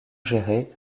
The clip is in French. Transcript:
géré